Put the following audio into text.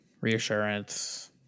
reassurance